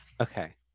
okay